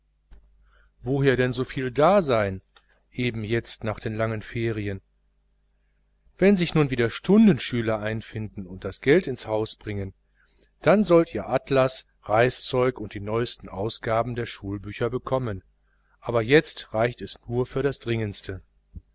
woher sollte denn so viel da sein eben jetzt nach den langen ferien wenn sich nun wieder stundenschüler einfinden und geld ins haus bringen dann sollt ihr atlas reißzeug und die neuesten ausgaben der schulbücher bekommen aber jetzt reicht es nur für das dringendste